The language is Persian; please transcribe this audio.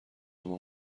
اما